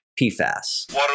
PFAS